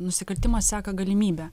nusikaltimas seka galimybę